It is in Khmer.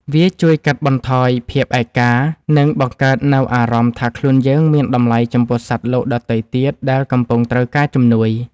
វាជួយកាត់បន្ថយភាពឯកា និងបង្កើតនូវអារម្មណ៍ថាខ្លួនយើងមានតម្លៃចំពោះសត្វលោកដទៃទៀតដែលកំពុងត្រូវការជំនួយ។